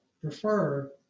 prefer